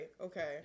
Okay